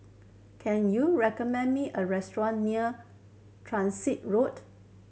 can you recommend me a restaurant near Transit Road